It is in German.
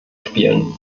spielen